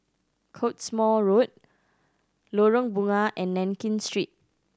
Cottesmore Road Lorong Bunga and Nankin Street